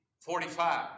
Forty-five